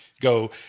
go